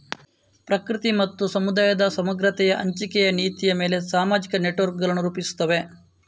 ಪ್ರಕೃತಿ ಮತ್ತು ಸಮುದಾಯದ ಸಮಗ್ರತೆಯ ಹಂಚಿಕೆಯ ನೀತಿಯ ಮೇಲೆ ಸಾಮಾಜಿಕ ನೆಟ್ವರ್ಕುಗಳನ್ನು ರೂಪಿಸುತ್ತವೆ